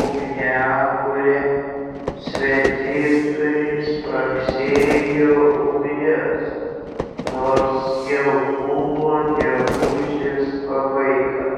ugniakure svetingai spragsėjo ugnis nors jau buvo gegužės pabaiga